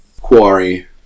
Quarry